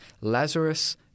Lazarus